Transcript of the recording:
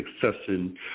succession